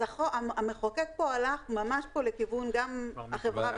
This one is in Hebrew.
אז המחוקק פה הלך ממש לכיוון גם החברה.